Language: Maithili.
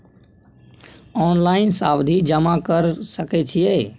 ऑनलाइन सावधि जमा कर सके छिये?